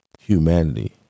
humanity